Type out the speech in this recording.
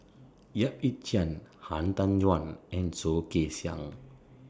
Yap Ee Chian Han Tan Juan and Soh Kay Siang